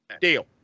deal